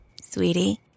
Sweetie